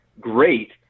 great